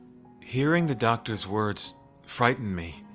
hearing the doctor's words frightened me.